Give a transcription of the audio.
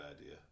idea